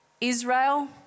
Israel